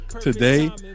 today